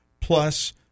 plus